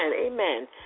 amen